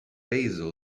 basil